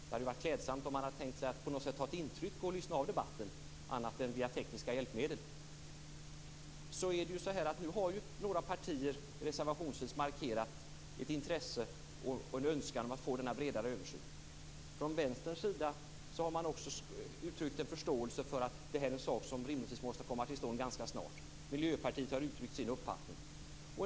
Det hade varit klädsamt om man hade tänkt sig att på något vis ta intryck och lyssna av debatten på annat sätt än via tekniska hjälpmedel. Nu har några partier reservationsvis markerat ett intresse för och en önskan om att få en bredare översyn. Från Vänsterns sida har man också uttryckt en förståelse för att detta är något som rimligtvis måste komma till stånd ganska snart. Miljöpartiet har också uttryckt sin uppfattning.